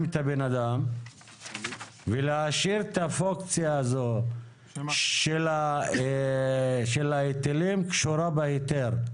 את הבן אדם ולהשאיר את הפונקציה הזאת של ההיטלים קשורה בהיתר.